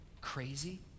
crazy